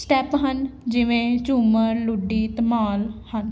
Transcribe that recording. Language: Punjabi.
ਸਟੈਪ ਹਨ ਜਿਵੇਂ ਝੁੰਮਰ ਲੁੱਡੀ ਧਮਾਲ ਹਨ